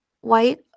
white